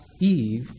Eve